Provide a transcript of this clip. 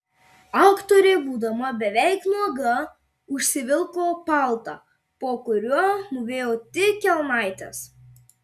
aktorė būdama beveik nuoga užsivilko paltą po kuriuo mūvėjo tik kelnaites